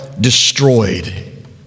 destroyed